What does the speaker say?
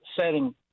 setting